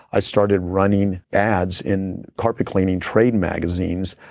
i started running ads in carpet cleaning trade magazines.